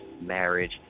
marriage